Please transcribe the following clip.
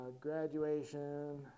graduation